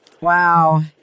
Wow